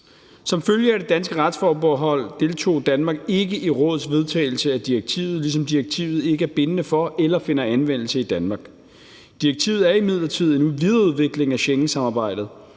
Som følge af det danske retsforbehold deltog Danmark ikke i Rådets vedtagelse af direktivet, ligesom direktivet ikke er bindende for eller finder anvendelse i Danmark. Direktivet er imidlertid en videreudvikling af Schengensamarbejdet,